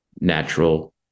natural